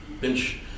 Bench